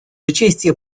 участия